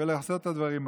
לעשות את הדברים האלה.